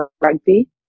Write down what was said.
rugby